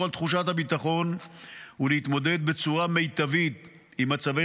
על תחושת הביטחון ולהתמודד בצורה מיטבית עם מצבי